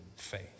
Faith